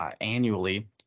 Annually